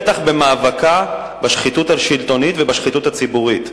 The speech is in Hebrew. בטח במאבקה בשחיתות השלטונית ובשחיתות הציבורית.